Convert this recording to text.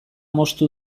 moztu